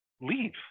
leave